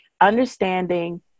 understanding